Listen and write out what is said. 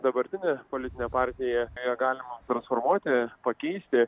dabartinė politinė partija ją galima transformuoti pakeisti